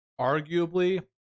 arguably